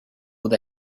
with